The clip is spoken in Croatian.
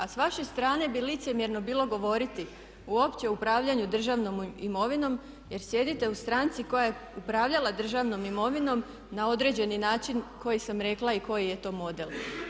A s vaše strane bi licemjerno bilo govoriti uopće o upravljanju državnom imovinom jer sjedite u stranci koja je upravljala državnom imovinom na određeni način koji sam rekla i koji je to model.